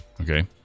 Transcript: okay